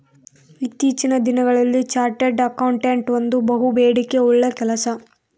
ಇತ್ತೀಚಿನ ದಿನಗಳಲ್ಲಿ chartered accountant ಒಂದು ಬಹುಬೇಡಿಕೆ ಉಳ್ಳ ಕೆಲಸ